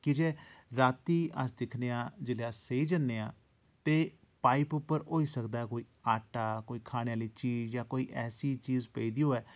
की जे रातीं अस दिक्खने आं जेल्लै अस सेई जन्ने आं ते पाइप उप्पर होई सकदा कोई आटा कोई खाने आह्ली चीज़ जां कोई ऐसी चीज पेदी होऐ